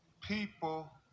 people